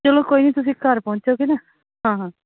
ਚਲੋ ਕੋਈ ਨਹੀਂ ਤੁਸੀਂ ਘਰ ਪਹੁੰਚੋਗੇ ਨਾ ਹਾਂ ਹਾਂ